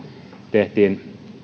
tehtiin